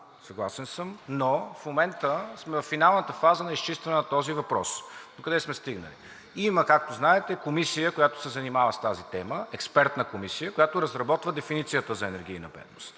Съгласен съм, но в момента сме във финалната фаза на изчистване на въпроса докъде сме стигнали. Има, както знаете, комисия, която се занимава с тази тема – експертна комисия, която разработва дефиницията за енергийна бедност.